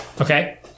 Okay